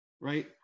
right